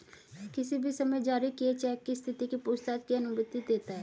किसी भी समय जारी किए चेक की स्थिति की पूछताछ की अनुमति देता है